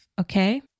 okay